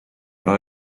ära